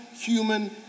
human